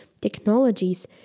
technologies